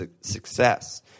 success